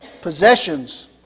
possessions